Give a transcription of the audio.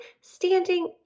standing